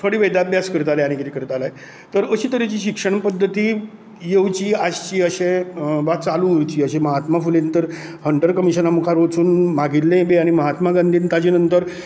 थोडे वेद अभ्यास करताले आनी कितें करताले तर अशें तरेची शिक्षण पद्दती योवची आसची अशें वा चालू उरची अशें महात्मा फुलेन तर हंटर कमिशना मुखार वचून मागिल्लेंय बी आनी महात्मा गांधीन ताचें नंतर